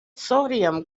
sodium